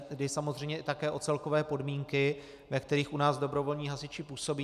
Jde samozřejmě také o celkové podmínky, ve kterých u nás dobrovolní hasiči působí.